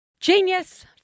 genius